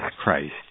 christ